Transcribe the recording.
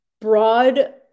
broad